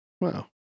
Wow